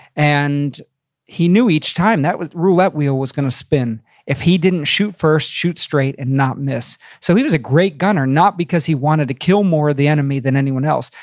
and he knew each time that roulette wheel was gonna spin if he didn't shoot first, shoot straight and not miss. so he was a great gunner, not because he wanted to kill more of the enemy than anyone else,